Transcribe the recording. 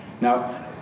Now